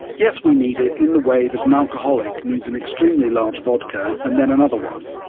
yes, we need it in the way that an alcoholic needs an extremely large vodka and then another one.